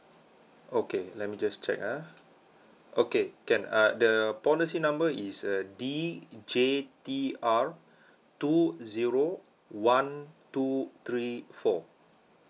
okay let me just check ah okay can uh the policy number is uh D J T R two zero one two three four